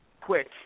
quick